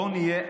בואו נהיה,